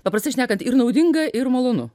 paprastai šnekant ir naudinga ir malonu